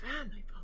family